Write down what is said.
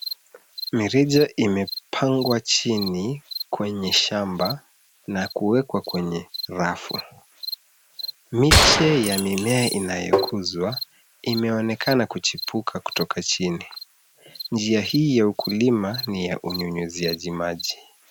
Mirija imepangwa chini kwenye shamba na kuwekwa kwenye rafu, miche ya mimea inayokuzwa imeonekana kuchipuka kutoka chini, njia hii ya ukulima ni ya unyunyuziaji maji.